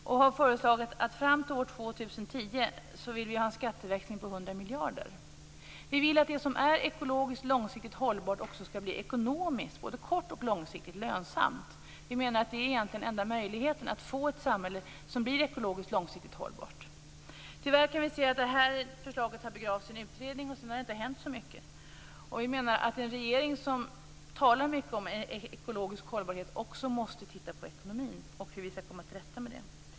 Vi har föreslagit en skatteväxling på 100 miljarder fram till år 2010. Vi vill att det som är ekologiskt långsiktigt hållbart också skall bli ekonomiskt både kort och långsiktigt lönsamt. Vi menar att det egentligen är enda möjligheten att få ett samhälle som blir ekologiskt långsiktigt hållbart. Tyvärr kan vi se att förslaget har begravts i en utredning, och sedan har det inte hänt så mycket. En regering som talar mycket om ekologisk hållbarhet måste också titta på ekonomin och hur vi skall komma till rätta med den.